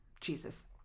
Jesus